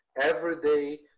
everyday